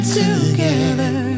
together